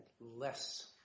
less